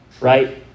right